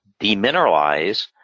demineralize